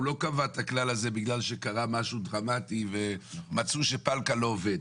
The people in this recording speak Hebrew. הוא לא קבע את הכלל הזה בגלל שקרה משהו דרמטי ומצאו שפלקל לא עובד.